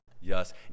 yes